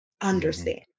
understand